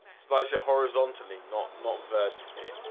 slice it horizontally not not vertically